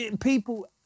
people